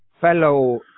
fellow